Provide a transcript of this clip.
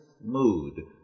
mood